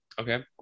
Okay